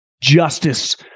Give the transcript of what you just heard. justice